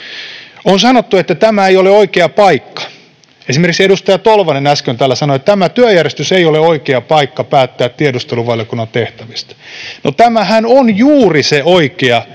On sanottu, että tämä ei ole oikea paikka. Esimerkiksi edustaja Tolvanen äsken täällä sanoi, että tämä työjärjestys ei ole oikea paikka päättää tiedusteluvaliokunnan tehtävistä. No tämähän on juuri se oikea ja